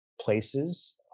places